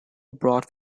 brought